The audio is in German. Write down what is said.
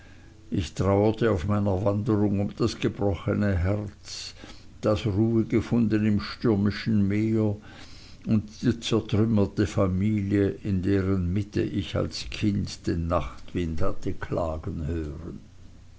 ich trauerte auf meiner wanderung um das gebrochene herz das ruhe gefunden im stürmischen meer und die zertrümmerte familie in deren mitte ich als kind den nachtwind hatte klagen hören